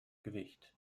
gewicht